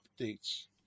updates